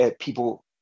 People